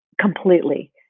completely